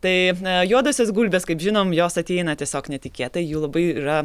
tai a juodosios gulbės kaip žinom jos ateina tiesiog netikėtai jų labai yra